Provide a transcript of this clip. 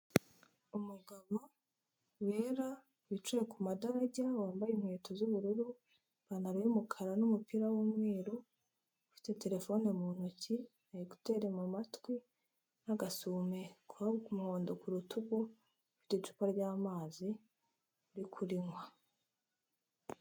Umugabo wera wicaye ku madarage wambaye inkweto z'ubururu, ipantaro y'umukara n'umupira w'umweru ufite terefone mu ntoki na ekuteri mu matwi n'agasume kera k'umuhondo ku rutugu n'icupa ry'amazi ari kurinywa.